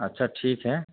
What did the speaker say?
اچھا ٹھیک ہے